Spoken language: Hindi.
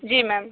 जी मेम